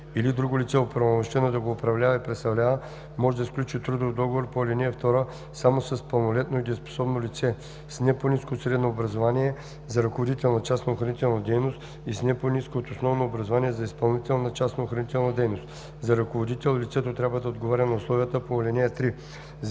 или друго лице, оправомощено да го управлява и представлява може да сключи трудов договор по ал. 2 само с пълнолетно и дееспособно лице, с не по-ниско от средно образование – за ръководител на частна охранителна дейност и с не по-ниско от основно образование – за изпълнител на частна охранителна дейност. За ръководител лицето трябва да отговаря на условията по ал. 3.